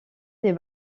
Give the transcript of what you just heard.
des